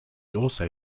also